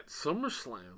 SummerSlam